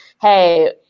hey